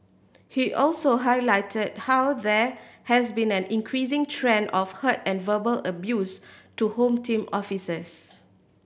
he also highlighted how there has been an increasing trend of hurt and verbal abuse to Home Team offices